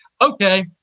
Okay